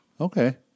Okay